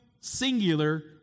singular